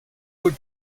would